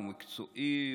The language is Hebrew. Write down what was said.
הוא מקצועי,